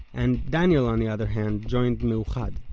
and daniel, on the other hand, joined meuchad.